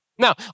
Now